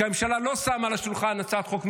כי הממשלה לא שמה על השולחן הצעת חוק ממשלתית,